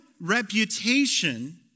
reputation